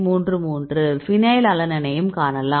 33 ஃபினைலலனைனையும் காணலாம்